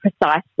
precisely